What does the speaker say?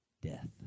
Death